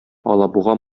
алабуга